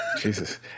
Jesus